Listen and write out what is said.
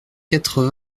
quatre